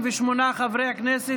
חברי כנסת.